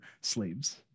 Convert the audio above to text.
slaves